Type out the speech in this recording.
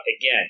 again